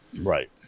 Right